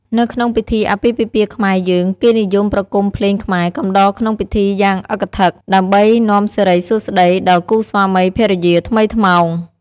នៅក្នុងពិធីអាពាពិពាហ៍ខ្មែរយើង គេនិយមប្រគំភ្លេងខ្មែរកំដរក្នុងពិធីយ៉ាងអឹកធឹក ដើម្បីនាំសិរីសួស្ដីដល់គូស្វាមីភរិយាថ្មីថ្មោង។